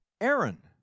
Aaron